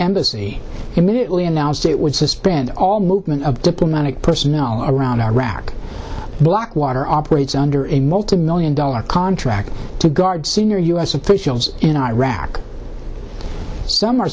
embassy immediately announced it would suspend all movement of diplomatic personnel around iraq blackwater operates under a multimillion dollar contract to guard senior u s officials in iraq s